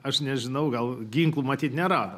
aš nežinau gal ginklų matyt nėra